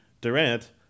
Durant